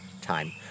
time